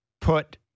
put